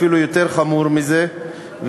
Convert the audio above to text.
ואפילו יותר חמור מזה,